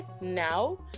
now